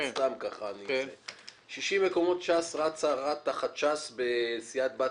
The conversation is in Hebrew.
סתם ככה ב-60 מקומות ש"ס רצה תחת ש"ס בסיעת בת